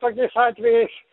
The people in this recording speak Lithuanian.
tokiais atvejais